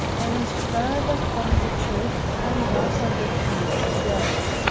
and further from the truth than that i refuse to go.